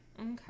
Okay